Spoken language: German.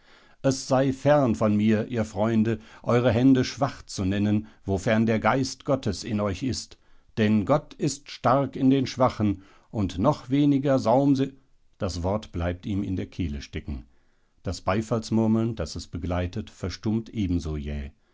es sei fern von mir ihr freunde eure hände schwach zu nennen wofern der geist gottes in euch ist denn gott ist stark in den schwachen und noch weniger saumse das wort bleibt ihm in der kehle stecken das beifallsmurmeln das es begleitet verstummt ebenso jäh